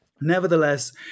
Nevertheless